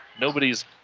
nobody's